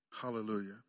Hallelujah